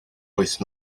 wyth